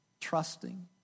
trusting